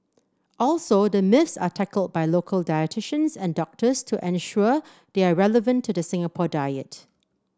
also the myths are tackled by local dietitians and doctors to ensure they are relevant to the Singapore diet